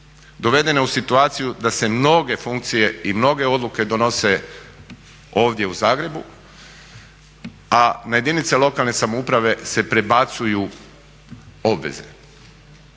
dovedene u situaciju da se mnoge funkcije i mnoge odluke donose ovdje u Zagrebu, a na jedinice lokalne samouprave se prebacuju obveze.